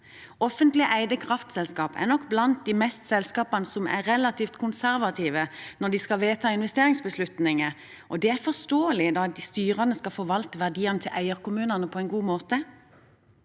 Offentlig eide kraftselskap er nok blant de selskapene som er relativt konservative når de skal vedta investeringsbeslutninger, og det er forståelig når styrene skal forvalte verdiene til eierkommunene på en god måte,